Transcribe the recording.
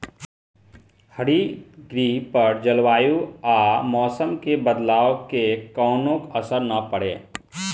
हरितगृह पर जलवायु आ मौसम के बदलाव के कवनो असर ना पड़े